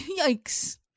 yikes